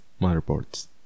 motherboards